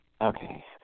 Okay